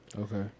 Okay